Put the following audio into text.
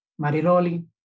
Mariloli